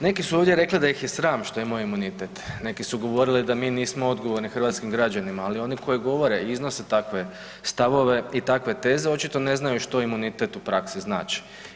Neki su ovdje rekli da ih je sram što imaju imunitet, neki su govorili da mi nismo odgovorni hrvatskim građanima, ali oni koji govore i iznose takve stavove i takve teze očito ne znaju što imunitet u praksi znači.